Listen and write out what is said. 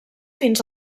fins